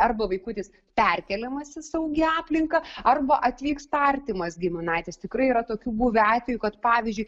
arba vaikutis perkeliamas į saugią aplinką arba atvyksta artimas giminaitis tikrai yra tokių buvę atvejų kad pavyzdžiui